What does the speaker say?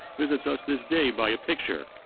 visits us this day by a picture,